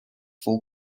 full